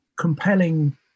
compelling